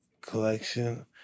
collection